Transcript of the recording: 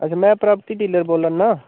अच्छा में property dealer बोलै'रना